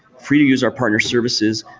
free to use our partner services,